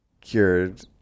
cured